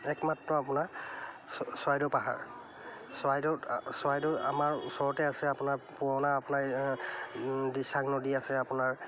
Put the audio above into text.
একমাত্ৰ আপোনাৰ চৰাইদেউ পাহাৰ চৰাইদেউ চৰাইদেউ আমাৰ ওচৰতে আছে আপোনাৰ পুৰণা আপোনাৰ দিচাং নদী আছে আপোনাৰ